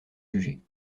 jugé